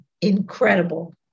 incredible